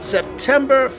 September